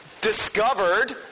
discovered